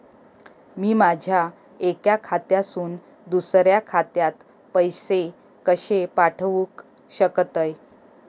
मी माझ्या एक्या खात्यासून दुसऱ्या खात्यात पैसे कशे पाठउक शकतय?